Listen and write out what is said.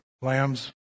Lamb's